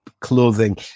clothing